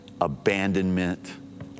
abandonment